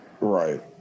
right